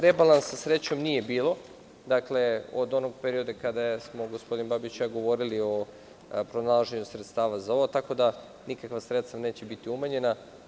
Rebalans srećom nije bio od onog perioda kada smo gospodin Babić i ja govorili o pronalaženju sredstava za ovo, tako da nikakva sredstva neće biti umanjena.